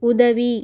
உதவி